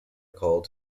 called